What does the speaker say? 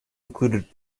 included